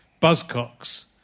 Buzzcocks